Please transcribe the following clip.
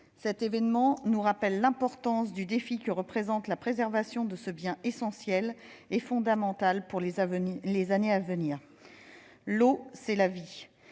un événement qui nous a rappelé l'importance du défi que représente la préservation de ce bien essentiel et fondamental pour les années à venir. L'eau, c'est la vie,